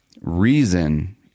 reason